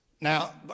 Now